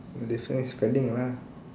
definitely spending lah